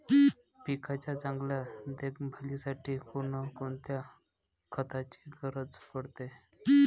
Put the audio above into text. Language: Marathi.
पिकाच्या चांगल्या देखभालीसाठी कोनकोनच्या खताची गरज पडते?